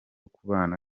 kubana